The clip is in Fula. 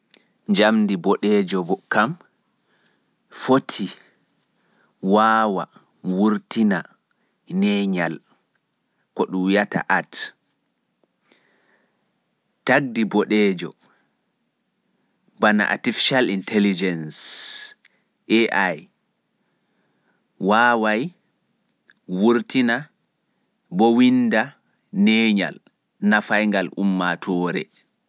Jamɗe boɗeejo kam wawai waɗa neenyal. Tagle bana AI kam fotti wurtina neenyal laɓngal nafaingal.